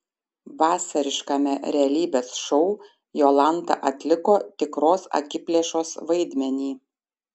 vasariškame realybės šou jolanta atliko tikros akiplėšos vaidmenį